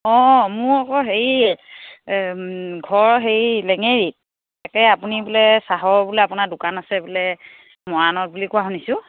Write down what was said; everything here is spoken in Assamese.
অঁ মোৰ আকৌ হেৰি ঘৰ হেৰি লেঙেৰিত তাকে আপুনি বোলে চাহৰ বোলে আপোনাৰ দোকান আছে বোলে মৰাণত বুলি কোৱা শুনিছোঁ